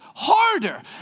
Harder